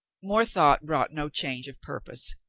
more thought brought no change of purpose.